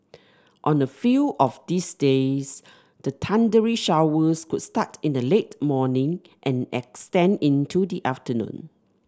on a few of these days the thundery showers could start in the late morning and extend into the afternoon